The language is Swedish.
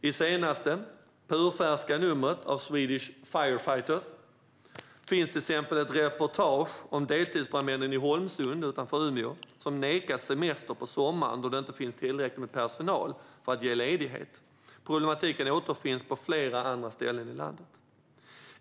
I senaste purfärska numret av Swedish Firefighters finns till exempel ett reportage om deltidsbrandmännen i Holmsund utanför Umeå, som nekas semester på sommaren då det inte finns tillräckligt med personal för att det ska gå att ge ledighet. Problematiken återfinns på flera andra ställen i landet.